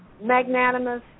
magnanimous